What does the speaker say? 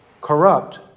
corrupt